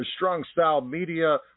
StrongStyleMedia